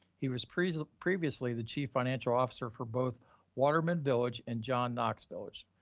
he was pre previously the chief financial officer for both waterman village and john knox village.